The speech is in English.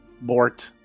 Bort